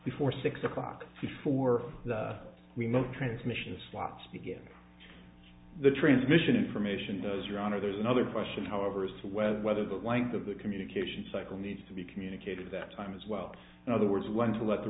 before six o'clock before we know transmission of slots to get the transmission information does your honor there's another question however as to whether whether the length of the communication cycle needs to be communicated that time as well in other words when to let the